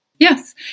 Yes